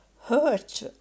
hurt